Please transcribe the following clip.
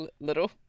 little